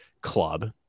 club